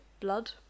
blood